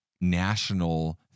national